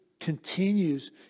continues